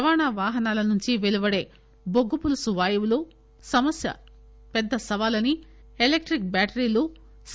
రవాణా వాహనాల నుంచి పెలువడే బొగ్గు పులుసు వాయువులు సమస్య పెద్ద సవాలని ఎలక్టిక్ బ్యాటరీలు సి